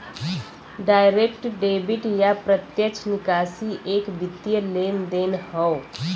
direct debit या प्रत्यक्ष निकासी एक वित्तीय लेनदेन हौ